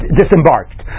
disembarked